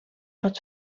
pot